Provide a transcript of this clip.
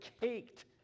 caked